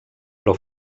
però